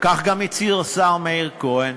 וכך גם הצהיר השר מאיר כהן,